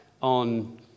on